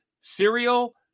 cereal